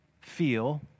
feel